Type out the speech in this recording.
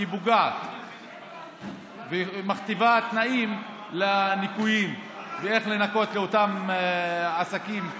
כי היא פוגעת ומכתיבה תנאים לניכויים ואיך לנכות לאותם עסקים.